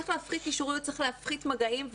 צריך להפחית מגעים,